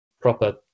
proper